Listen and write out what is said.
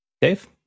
Dave